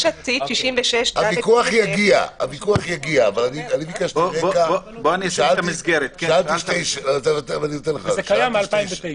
הוויכוח יגיע אבל אני ביקשתי רקע ושאלתי שתי שאלות -- זה קיים מ-2009.